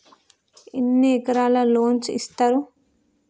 ఎన్ని రకాల లోన్స్ ఇస్తరు?